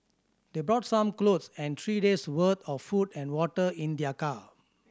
they brought some clothes and three days' worth of food and water in their car